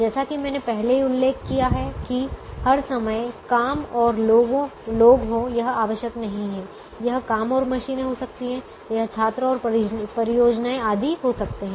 जैसा कि मैंने पहले ही उल्लेख किया है कि हर समय काम और लोग हो यह आवश्यक नहीं है यह काम और मशीनें हो सकती हैं यह छात्र और परियोजनाएं आदि हो सकते हैं